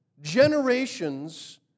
Generations